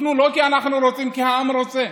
יתוקנו לא כי אנחנו רוצים, כי העם רוצה.